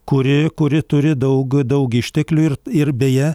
kuri kuri turi daug daug išteklių ir ir beje